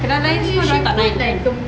kedai lain semua dah tak naik tank